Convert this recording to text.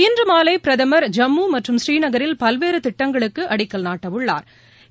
இன்று மாலை பிரதமா் ஜம்மு மற்றும் ஸ்ரீநகரில் பலவேறு திட்டங்களுக்கு அடிக்கல் நாட்ட உள்ளாா்